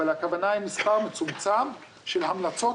אבל הכוונה היא מספר מצומצם של המלצות